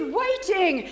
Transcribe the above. waiting